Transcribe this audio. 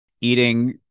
eating